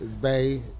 Bay